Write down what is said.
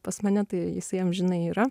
pas mane tai jisai amžinai yra